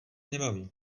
nebaví